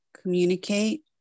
communicate